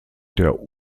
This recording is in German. der